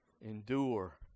Endure